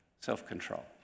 self-control